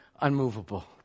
unmovable